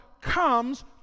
comes